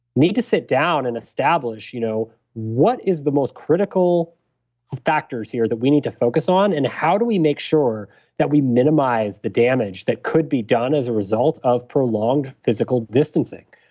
need to sit down and establish you know what is the most critical factors here that we need to focus on, and how do we make sure that we minimize the damage that could be done as a result of prolonged physical distancing?